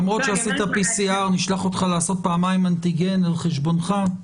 למרות שעשית PCR נשלח אותך לעשות פעמיים אנטיגן על חשבונך?